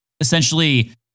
essentially